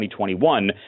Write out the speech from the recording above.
2021